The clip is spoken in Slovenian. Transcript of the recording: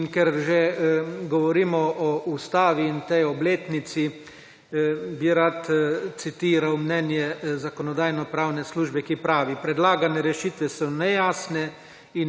In ker že govorimo o Ustavi in tej obletnici bi rad citiral mnenje Zakonodajno-pravne službe, ki pravi: »Predlagane rešitev so nejasne